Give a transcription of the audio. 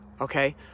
Okay